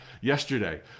yesterday